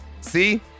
See